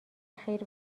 خیر